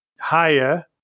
higher